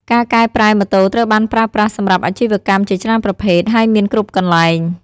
ការកែប្រែម៉ូតូត្រូវបានប្រើប្រាស់សម្រាប់អាជីវកម្មជាច្រើនប្រភេទ ហើយមានគ្រប់កន្លែង។